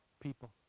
people